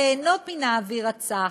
ליהנות מן האוויר הצח,